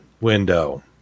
window